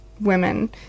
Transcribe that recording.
Women